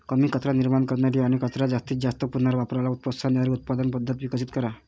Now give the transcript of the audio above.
कमी कचरा निर्माण करणारी आणि कचऱ्याच्या जास्तीत जास्त पुनर्वापराला प्रोत्साहन देणारी उत्पादन पद्धत विकसित करा